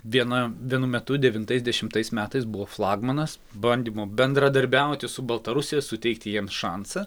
viena vienu metu devintais dešimtais metais buvo flagmanas bandymų bendradarbiauti su baltarusija suteikti jiems šansą